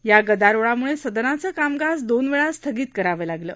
या गदारोळामुळे सदनाचं कामकाज दोनवेळा स्थगित करावं लागलं